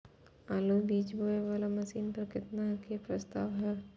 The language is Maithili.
आलु बीज बोये वाला मशीन पर केतना के प्रस्ताव हय?